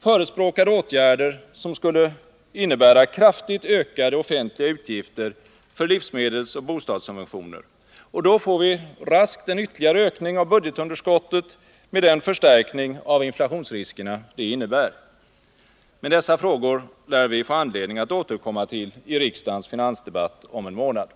förespråkar åtgärder, som sku!le innebära kraftigt ökade offentliga utgifter för livsmedelsoch bostadssubventioner, och då får vi raskt en ytterligare ökning av budgetunderskottet med den förstärkning av inflationsriskerna detta innebär. Men dessa frågor lär vi få anledning att återkomma till i riksdagens finansdebatt om en månad.